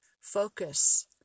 focus